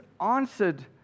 answered